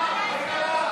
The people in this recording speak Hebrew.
הכנסת (תיקון,